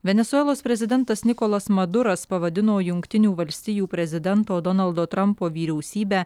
venesuelos prezidentas nikolas maduras pavadino jungtinių valstijų prezidento donaldo trampo vyriausybę